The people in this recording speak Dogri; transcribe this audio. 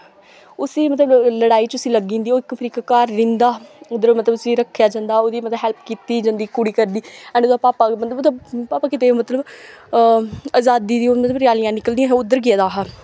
उसी मतलब लड़ाई च उसी लग्गी जंदी ओह् फिर ओह् इक घर रैंह्दा उद्धर मतलब उसी रक्खेआ जंदा ओह्दी मतलब हैल्प कीती जंदी कुड़ी करदी अनु दा पापा बी मतलब ओह्दा पापा किते मतलब अजादी दियां ओह् मतलब रैलियां निकलदियां हां उद्धर गेदा हा